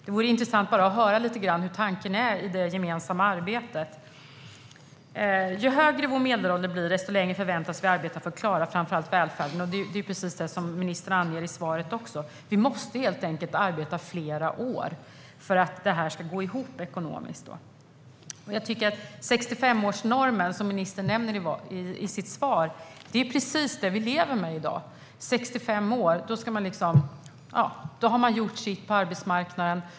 Det vore intressant att höra lite om tanken i det gemensamma arbetet. Ju högre vår medelålder blir desto längre förväntas vi arbeta för att klara framför allt välfärden, precis som ministern angav i svaret. Vi måste helt enkelt arbeta fler år för att det ska gå ihop ekonomiskt. Den 65-årsnorm som ministern nämnde i sitt svar är precis vad vi lever med i dag. Vid 65 år har man gjort sitt på arbetsmarknaden.